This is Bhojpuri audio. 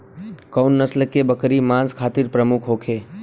कउन नस्ल के बकरी मांस खातिर प्रमुख होले?